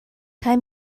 kaj